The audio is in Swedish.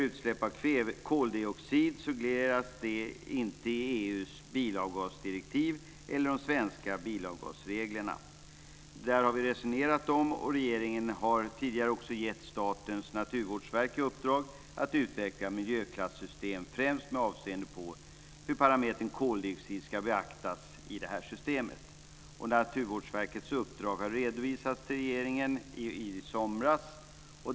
Utsläpp av koldioxid regleras inte i EU:s bilavgasdirektiv eller de svenska bilavgasreglerna. Vi har resonerat om detta, och regeringen har tidigare också gett Statens naturvårdsverk i uppdrag att utveckla miljöklassystem främst med avseende på hur parametern koldioxid ska beaktas i det här systemet. Naturvårdsverkets uppdrag har redovisats till regeringen i somras.